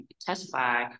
testify